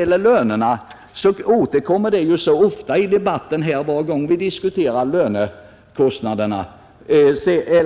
Varje gång vi diskuterar